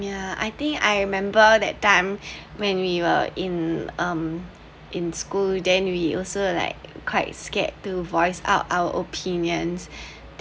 ya I think I remember that time when we were in um in school then we also like quite scared to voice out our opinions